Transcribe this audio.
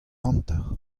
hanter